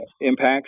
impacts